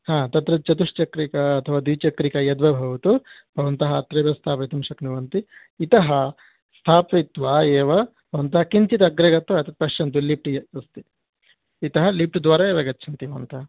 हा तत्र चतुष्चक्रिका अथवा द्विचक्रिका यद्वा भवतु भवन्तः अत्रैव स्थापयितुं शक्नुवन्ति इतः स्थापयित्वा एव भवन्तः किञ्चित् अग्रे गत्वा तत् पश्यन्तु लिट्टि यद् अस्ति इतः लिप्ट्द्वारा एव गच्छन्ति भवन्तः